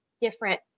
different